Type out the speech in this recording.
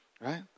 right